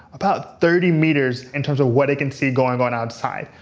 about thirty meters, in terms of what it can see going on outside.